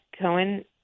Cohen